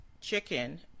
Chicken